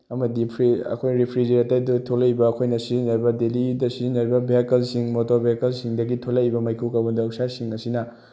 ꯑꯃꯗꯤ ꯑꯩꯈꯣꯏꯒꯤ ꯔꯤꯐ꯭ꯔꯤꯖꯔꯦꯇꯔꯗꯩ ꯊꯣꯛꯂꯛꯏꯕ ꯑꯩꯈꯣꯏꯅ ꯁꯤꯖꯤꯟꯅꯔꯤꯕ ꯗꯦꯂꯤꯗ ꯁꯤꯖꯤꯟꯅꯔꯤꯕ ꯕꯦꯍꯤꯀꯜꯁꯤꯡ ꯃꯣꯇꯣꯔ ꯕꯦꯍꯤꯀꯜꯁꯤꯡꯗꯒꯤ ꯊꯣꯛꯂꯛꯏꯕ ꯃꯩꯈꯨ ꯀꯥꯔꯕꯣꯟ ꯗꯥꯏ ꯑꯣꯛꯁꯥꯏꯠꯁꯤꯡ ꯑꯁꯤꯅ